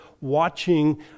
watching